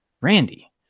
Randy